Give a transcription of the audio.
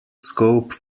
scope